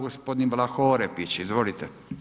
Gospodin Vlaho Orepić, izvolite.